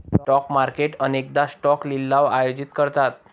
stock market अनेकदा stock लिलाव आयोजित करतात